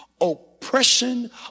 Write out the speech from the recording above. oppression